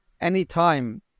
anytime